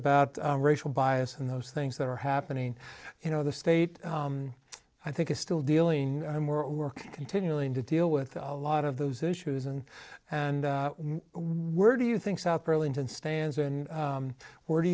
about racial bias and those things that are happening you know the state i think is still dealing more work continuing to deal with a lot of those issues and and where do you think south burlington stands in where do